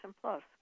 Plus